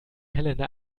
helena